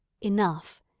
Enough